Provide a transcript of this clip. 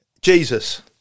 Jesus